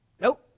Nope